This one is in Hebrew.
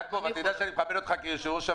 אתה יודע שאני מכבד אותך מאוד כיושב-ראש הוועדה.